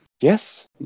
Yes